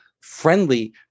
friendly